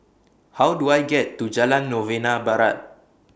How Do I get to Jalan Novena Barat